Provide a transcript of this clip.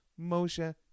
Moshe